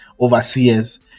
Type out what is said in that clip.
overseers